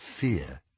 fear